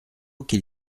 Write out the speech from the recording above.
qu’il